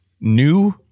new